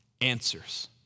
answers